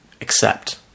accept